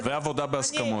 זה עבודה בהסכמות.